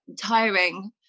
tiring